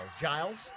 Giles